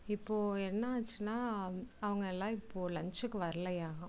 இப்போது என்ன ஆச்சின்னால் அவங்க எல்லாம் இப்போது லன்ச்சுக்கு வரலையாம்